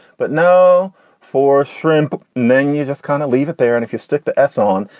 but no for shrimp, man. you just kind of leave it there. and if you stick the s on,